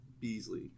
Beasley